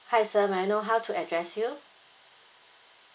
hi sir may I know how to address you